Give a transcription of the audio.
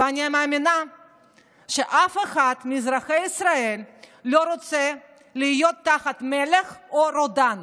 ואני מאמינה שאף אחד מאזרחי ישראל לא רוצה להיות תחת מלך או רודן.